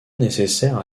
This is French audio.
nécessaires